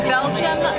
Belgium